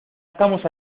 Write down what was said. estamos